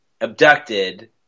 abducted